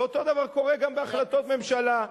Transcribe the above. ואותו הדבר קורה גם בהחלטות ממשלה.